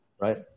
right